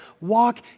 Walk